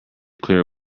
clear